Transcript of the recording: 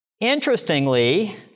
Interestingly